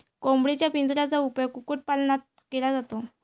कोंबडीच्या पिंजऱ्याचा उपयोग कुक्कुटपालनात केला जातो